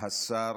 שהשר